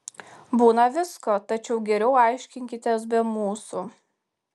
būna visko tačiau geriau aiškinkitės be mūsų